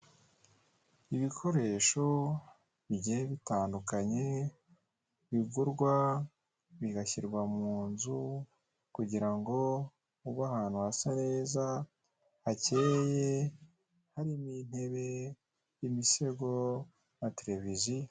Ibikoresho bigiye bitandukanye bigurwa bigashyirwa mu nzu kugira ngo ube ahantu hasa neza, hakeye, harimo intebe, imisego na televiziyo.